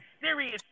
serious